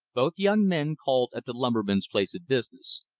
both young men called at the lumberman's place of business.